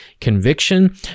conviction